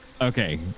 Okay